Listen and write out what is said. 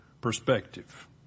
perspective